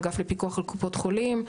האגף לפיקוח על קופות חולים,